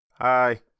Hi